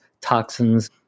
toxins